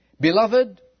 Beloved